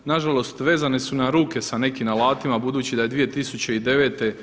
Na žalost vezane su nam ruke sa nekim alatima budući da je 2009.